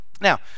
Now